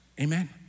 Amen